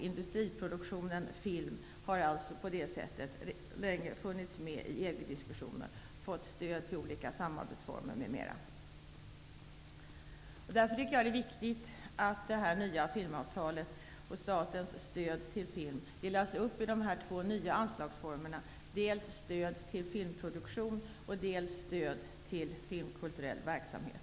Industriproduktionen av film har på det sättet länge funnits med i EG-diskussionen. Man har fått stöd till olika samarbetsformer m.m. Jag tycker därför att det är viktigt med detta nya filmavtal och att statens stöd till film delas upp i dessa två nya anslagsformer, nämligen dels stöd till filmproduktion, dels stöd till filmkulturell verksamhet.